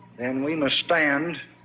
then we must stand